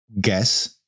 guess